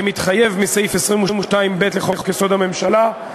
כמתחייב מסעיף 22(ב) לחוק-יסוד: הממשלה,